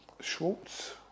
Schwartz